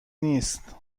نیست